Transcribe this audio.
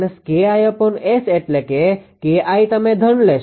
તેથી −𝐾𝐼𝑆 એટલે કે 𝐾𝐼 તમે ધન લેશો